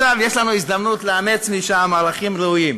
עכשיו יש לנו הזדמנות לאמץ משם ערכים ראויים,